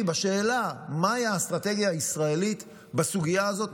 בשאלה מהי האסטרטגיה הישראלית בסוגיה הזאת.